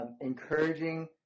Encouraging